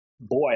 Boy